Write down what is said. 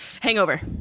hangover